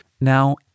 Now